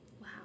Wow